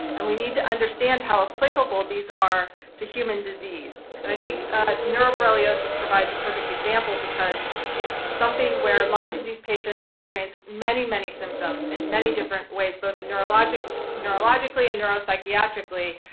and we need to understand how applicable these are to human disease. and i think neuroborreliosis provides a perfect example because it's something where lyme disease patients experience many, many symptoms in many different ways, both and neurologically neurologically and neuro-psychiatrically,